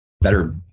better